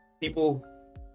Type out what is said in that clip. People